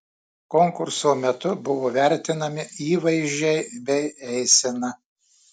konkurso metu buvo vertinami įvaizdžiai bei eisena